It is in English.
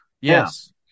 Yes